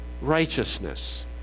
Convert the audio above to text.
righteousness